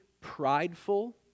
prideful